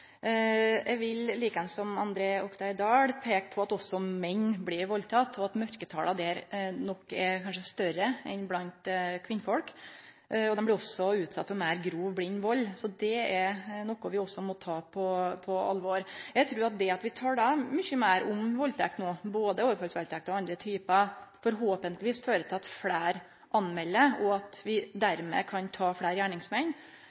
Eg vil likeins som André Oktay Dahl peike på at også menn blir valdtekne, og at mørketala der nok er større enn blant kvinner. Dei blir også utsette for meir grov, blind vald. Det er også noko vi må ta på alvor. Eg trur at det at vi pratar mykje meir om valdtekt no, både om overfallsvaldtekt og om andre typar valdtekt, forhåpentlegvis fører til at fleire melder frå til politiet, og at vi dermed kan ta fleire gjerningsmenn,